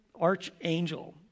archangel